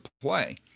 play